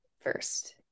first